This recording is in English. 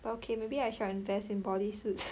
but okay maybe I shall invest in body suits